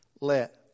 Let